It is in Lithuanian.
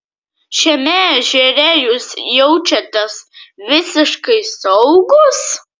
šiame ežere jūs jaučiatės visiškai saugus